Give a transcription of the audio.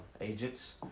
agents